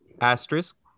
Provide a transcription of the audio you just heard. asterisk